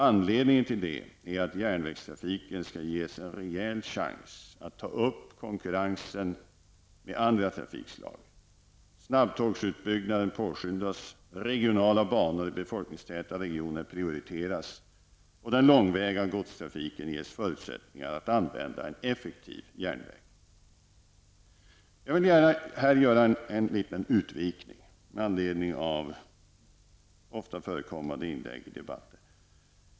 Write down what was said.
Anledningen till detta är att järnvägstrafiken skall ges en rejäl chans att ta upp konkurrensen med andra trafikslag. Snabbtågsutbyggnaden påskyndas, regionala banor i befolkningstäta regioner prioriteras, och den långväga godstrafiken ges förutsättningar att använda en effektiv järnväg. Jag vill här gärna göra en liten utvikning med anledning av ett ofta förekommande inlägg i debatten.